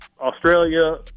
Australia